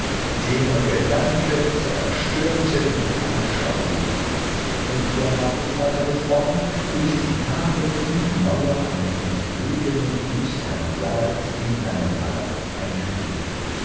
der gedanke zerstörte die anschauung und wie der magus weitergesprochen und die tafel in die mauer eines entlegenen düstern saals in seinem palast einfügen